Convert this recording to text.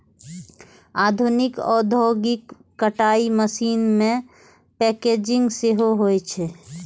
आधुनिक औद्योगिक कताइ मशीन मे पैकेजिंग सेहो होइ छै